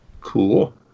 Cool